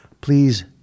Please